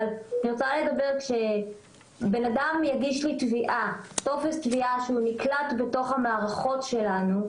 אבל כשבן אדם יגיש לי טופס תביעה שנקלט בתוך המערכות שלנו,